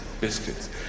biscuits